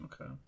okay